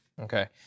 okay